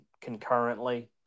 concurrently